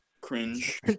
Cringe